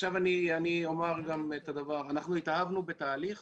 עכשיו, אנחנו התאהבנו בתהליך